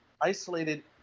isolated